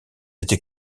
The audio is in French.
été